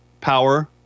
power